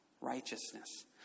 Righteousness